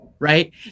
right